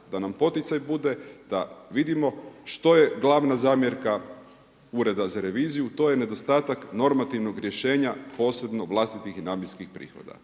da nam poticaj bude da vidimo što je glavna zamjerka Ureda za reviziju, to je nedostatak normativnog rješenja posebno vlastitih i …/Ne razumije se./… prihoda.